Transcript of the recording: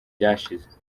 byashize